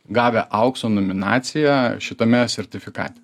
gavę aukso nominaciją šitame sertifikate